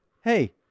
hey